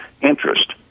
interest